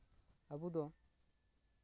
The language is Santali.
ᱟᱵᱚ ᱫᱚ